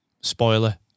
Spoiler